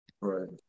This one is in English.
Right